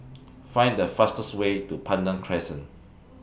Find The fastest Way to Pandan Crescent